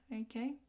okay